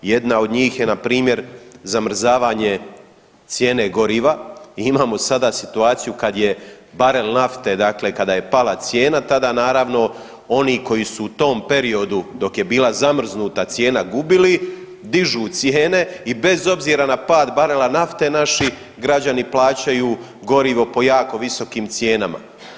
Jedna od njih je npr. zamrzavanje cijene goriva i imamo sada situaciju kad je barel nafte, dakle kada je pala cijena, tada naravno, oni koji su u tom periodu dok je bila zamrznuta cijena gubili, dižu cijene i bez obzira na pad barela nafte, naši građani plaćaju gorivo po jako visokim cijenama.